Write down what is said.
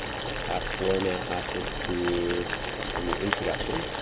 so task four now asks us to in the introduction,